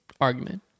argument